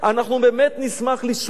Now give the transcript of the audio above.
אנחנו באמת נשמח לשמוע.